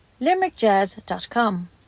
limerickjazz.com